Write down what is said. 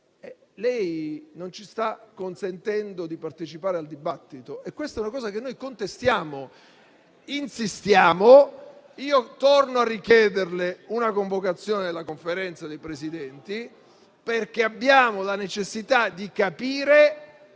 lei non ci sta consentendo di partecipare al dibattito. Questo è quanto noi contestiamo e su cui insistiamo. Torno a richiederle una convocazione della Conferenza dei Presidenti dei Gruppi, perché abbiamo la necessità di capire